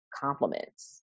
compliments